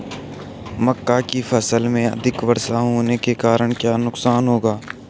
मक्का की फसल में अधिक वर्षा होने के कारण क्या नुकसान होगा?